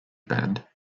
band